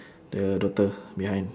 the daughter behind